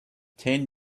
ten